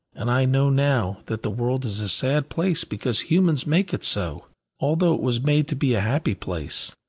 and i know now that the world is a sad place because humans make it so although it was made to be a happy place.